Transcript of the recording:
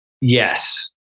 Yes